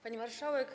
Pani Marszałek!